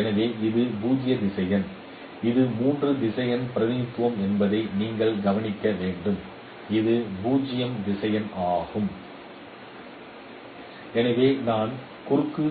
எனவே இது 0 திசையன் இது 3 திசையன் பிரதிநிதித்துவம் என்பதை நீங்கள் கவனிக்க வேண்டும் இது 0 திசையன் ஆகும் எனவே நான் குறுக்கு